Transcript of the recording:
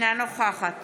אינה נוכחת